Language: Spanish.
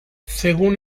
según